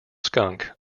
skunk